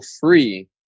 free